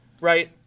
right